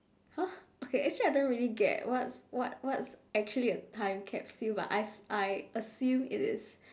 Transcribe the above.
!huh! okay I actually don't really get what's what what's actually a time capsule but I as~ I assume it is